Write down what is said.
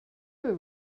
were